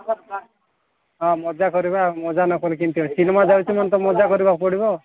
ହଁ ମଜା କରିବା ମଜା ନକଲେ କେମିତି ସିନେମା ଯାଉଛେ ମାନେ ତ ମଜା କରିବାକୁ ପଡ଼ିବ